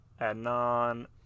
Adnan